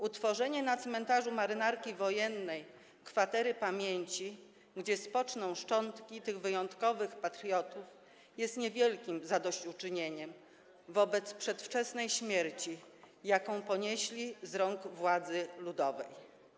Utworzenie na cmentarzu Marynarki Wojennej kwatery pamięci, gdzie spoczną szczątki tych wyjątkowych patriotów, jest niewielkim zadośćuczynieniem wobec przedwczesnej śmierci, jaką ponieśli z rąk władzy ludowej.